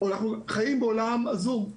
אנחנו בחיים בעולם הזום.